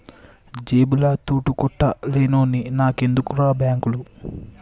జేబుల తూటుకొత్త లేనోన్ని నాకెందుకుర్రా బాంకులు